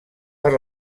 per